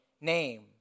name